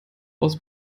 aus